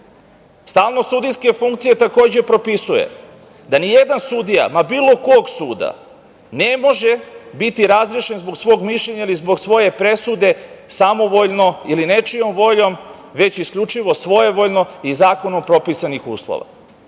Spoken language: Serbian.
veka. Stalnost sudijske funkcije takođe propisuje da nijedan sudija, ma bilo kog suda ne može biti razrešen zbog svog mišljenja ili zbog svoje presude samovoljno ili nečijom voljom, već isključivo svojevoljno i zakonom propisanih uslova. Takođe,